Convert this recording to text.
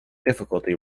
difficulty